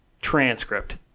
transcript